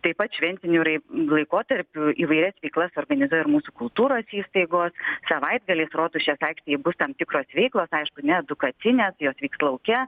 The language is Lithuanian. taip pat šventiniu laikotarpiu įvairias veiklas organizuoja ir mūsų kultūros įstaigos savaitgaliais rotušės aikštėje bus tam tikros veiklos aišku ne edukacinės jos vyks lauke